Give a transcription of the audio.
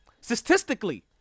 statistically